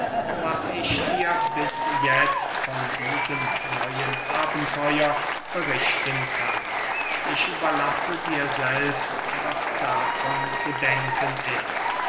was ich dir bis jetzt von diesem neuen abenteuer berichten kann ich überlasse dir selbst was davon zu denken ist